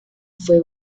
fue